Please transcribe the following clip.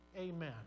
amen